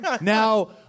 Now